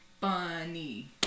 funny